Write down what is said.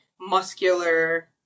muscular